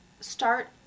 Start